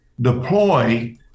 deploy